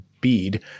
bead